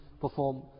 perform